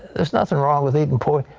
there's nothing wrong with eating pork.